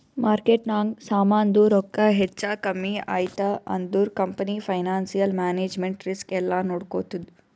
ಮಾರ್ಕೆಟ್ನಾಗ್ ಸಮಾಂದು ರೊಕ್ಕಾ ಹೆಚ್ಚಾ ಕಮ್ಮಿ ಐಯ್ತ ಅಂದುರ್ ಕಂಪನಿ ಫೈನಾನ್ಸಿಯಲ್ ಮ್ಯಾನೇಜ್ಮೆಂಟ್ ರಿಸ್ಕ್ ಎಲ್ಲಾ ನೋಡ್ಕೋತ್ತುದ್